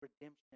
redemption